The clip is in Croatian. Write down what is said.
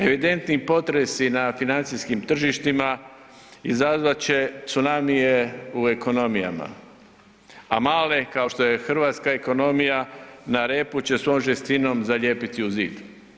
Evidentni potresi na financijskim tržištima izazvat će tsunamije u ekonomijama a male kao što je hrvatska ekonomija, na repu će svom žestinom zalijepiti u zid.